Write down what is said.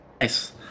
Nice